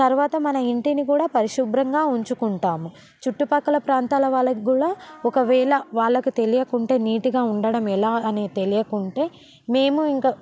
తరువాత మన ఇంటినిగూడా పరిశుభ్రంగా ఉంచుకుంటాము చుట్టుపక్కల ప్రాంతాల వాళ్ళకిగూడా ఒక వేళ వాళ్ళకి తెలియకుంటే నీట్గా ఉండడం ఎలా అనేది తెలియకుంటే మేము ఇంక